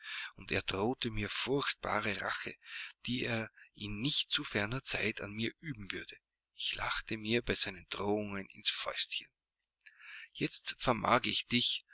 und er drohte mir furchtbare rache die er in nicht zu ferner zeit an mir üben würde ich lachte mir bei seinen drohungen ins fäustchen jetzt vermag ich dich